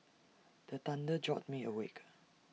the thunder jolt me awake